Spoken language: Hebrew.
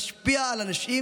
משפיעות על אנשים,